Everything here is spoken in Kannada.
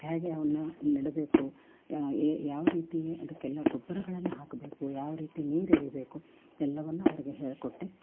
ಹೇಗೆ ಅವನ್ನ ನೆಡಬೇಕು ಯಾವ ರೀತಿ ಅದಕ್ಕೆಲ್ಲ ಗೊಬ್ರಗಳನ್ನು ಹಾಕಬೇಕು ಯಾವ ರೀತಿ ನೀರೆರೀಬೇಕು ಎಲ್ಲವನ್ನೂ ಅವ್ರಿಗೆ ಹೇಳಿಕೊಟ್ಟೆ